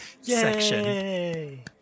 section